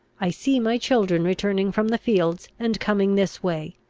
i see my children returning from the fields, and coming this way.